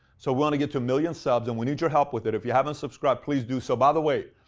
so we want to get to a million subs and we need your help with it. if you haven't subscribed, please do so. by the way,